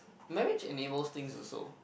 marriage enables things also